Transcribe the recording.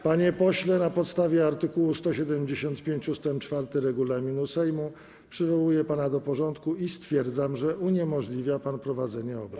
Panie pośle, na podstawie art. 175 ust. 4 regulaminu Sejmu przywołuję pana do porządku i stwierdzam, że uniemożliwia pan prowadzenie obrad.